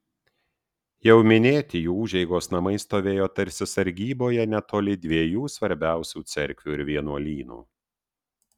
jau minėti jų užeigos namai stovėjo tarsi sargyboje netoli dviejų svarbiausių cerkvių ir vienuolynų